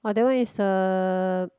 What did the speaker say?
orh that one is a